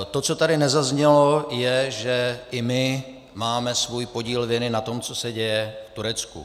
To, co tady nezaznělo, je, že i my máme svůj podíl viny na tom, co se děje v Turecku.